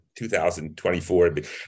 2024